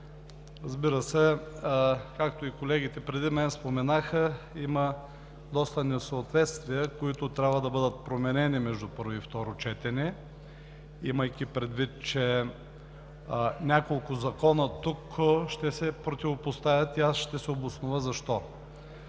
Както и колегите преди мен споменаха, има доста несъответствия, които трябва да бъдат променени между първо и второ четене, имайки предвид, че няколко закона ще се противопоставят тук и аз ще се обоснова защо.